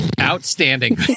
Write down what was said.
outstanding